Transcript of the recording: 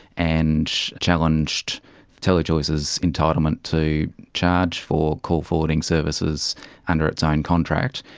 and challenged telechoice's entitlement to charge for call forwarding services under its own contract,